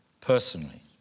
personally